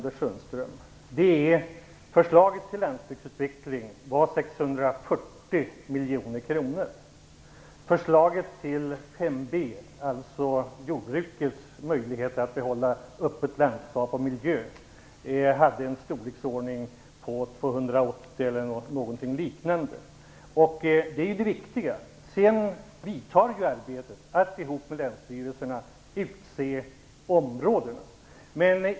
Fru talman! Förslaget till landsbygdsutveckling var 640 miljoner kronor. Förslaget till 5b, alltså jordbrukets möjlighet att behålla öppet landskap och miljö, var runt 280 miljoner. Det är det viktiga. Sedan vidtar arbetet för länsstyrelserna att utse områdena.